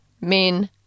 Men